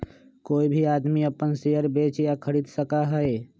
कोई भी आदमी अपन शेयर बेच या खरीद सका हई